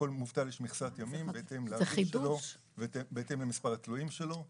לכל מובטל יש מכסת ימים בהתאם לנתונים שלו ובהתאם למספר התלויים שלו.